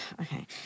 okay